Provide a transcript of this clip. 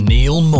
Neil